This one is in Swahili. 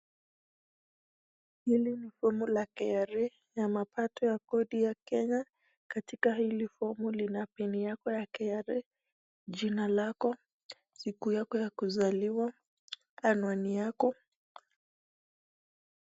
Hili ni fomu la KRA ya mapato ya kodi ya Kenya. Katika hili fomu lina pini yako ya KRA, jina lako, siku yako ya kuzaliwa, anwani yako.